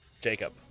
Jacob